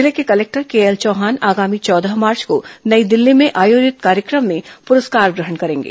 जिले के collector K L Chauhan आगामी चौदह मार्च को नई दिल्ली में आयोजित कार्यक्रम में पुरस्कार ग्रहण करेंगे